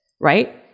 Right